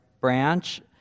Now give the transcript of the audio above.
branch